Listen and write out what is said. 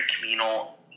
communal